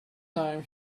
time